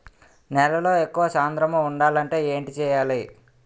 నేలలో ఎక్కువ సాంద్రము వుండాలి అంటే ఏంటి చేయాలి?